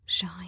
Shine